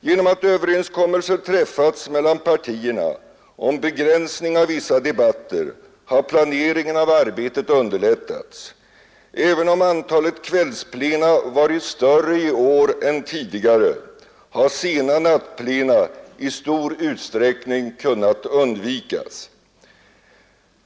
Genom att överenskommelser träffats mellan partierna om begränsning av vissa debatter har planeringen av arbetet underlättats. Även om antalet kvällsplena varit större i år än tidigare har sena nattplena i stor utsträckning kunnat undvikas.